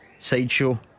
Sideshow